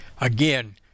Again